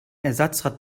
ersatzrad